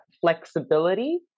flexibility